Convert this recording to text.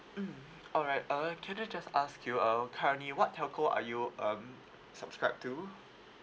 mm alright uh can I just ask you uh currently what telco are you um subscribe to